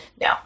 No